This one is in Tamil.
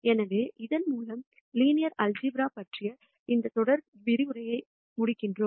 எனவே இதன் மூலம் லீனியர் அல்ஜீப்ரா பற்றிய இந்த தொடர் விரிவுரையை முடிக்கின்றோம்